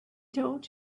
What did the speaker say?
told